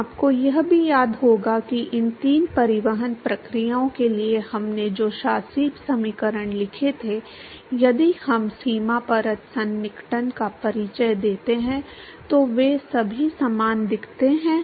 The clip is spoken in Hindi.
अब आपको यह भी याद होगा कि इन तीन परिवहन प्रक्रियाओं के लिए हमने जो शासी समीकरण लिखे थे यदि हम सीमा परत सन्निकटन का परिचय देते हैं तो वे सभी समान दिखते हैं